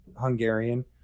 Hungarian